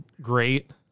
great